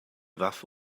waffe